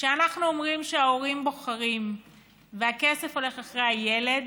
כשאנחנו אומרים שההורים בוחרים והכסף הולך אחרי הילד,